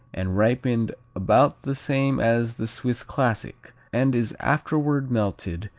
and ripened about the same as the swiss classic and is afterward melted,